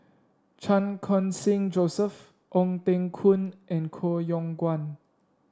Chan Khun Sing Joseph Ong Teng Koon and Koh Yong Guan